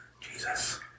Jesus